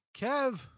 Kev